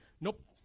nope